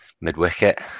Mid-wicket